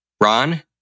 Ron